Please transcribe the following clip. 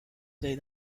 they